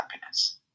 happiness